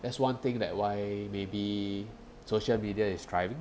that's one thing that why maybe social media is thriving